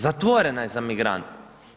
Zatvorena je za migrante.